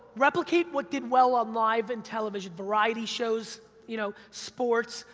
replicate what did well on live and television, variety shows, you know sports,